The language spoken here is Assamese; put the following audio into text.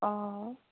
অঁ